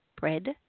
bread